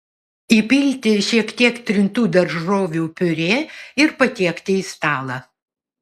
įpilti šiek tiek trintų daržovių piurė ir patiekti į stalą